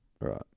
right